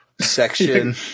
section